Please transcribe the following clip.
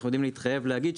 אנחנו יודעים להתחייב להגיד,